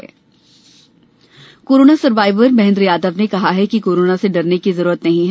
जन आंदोलन corona survivor Mahendra Yadav ने कहा है कि कोरोना से डरने की जरूरत नहीं है